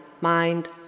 mind